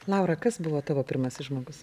laura kas buvo tavo pirmasis žmogus